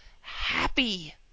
happy